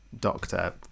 doctor